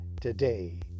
today